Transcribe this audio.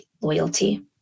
loyalty